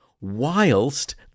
whilst